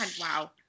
wow